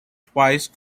twice